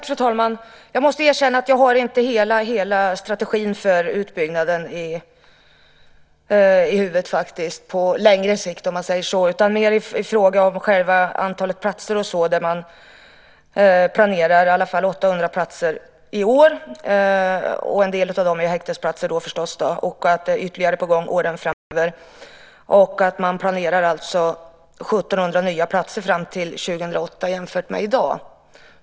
Fru talman! Jag måste erkänna att jag inte har hela strategin för utbyggnaden på längre sikt i huvudet utan mer i fråga om antalet platser. Det planeras i alla fall 800 platser i år. En del av dem är förstås häktesplatser. Det är ytterligare platser på gång åren framöver. Man planerar 1 700 nya platser fram till 2008 jämfört med i dag.